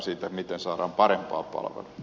siitä miten saamme parempaa palvelua